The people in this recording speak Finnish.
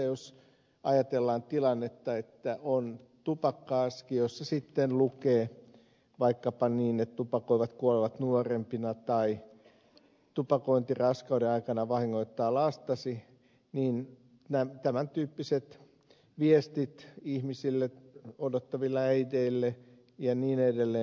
jos ajatellaan tilannetta että on tupakka aski jossa sitten lukee vaikkapa että tupakoivat kuolevat nuorempina tai tupakointi raskauden aikana vahingoittaa lastasi tämäntyyppiset viestit ihmisille odottaville äideille ja niin edelleen